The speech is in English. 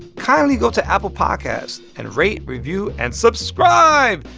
kindly go to apple podcasts and rate, review and subscribe.